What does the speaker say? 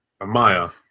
Amaya